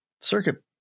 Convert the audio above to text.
circuit